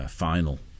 final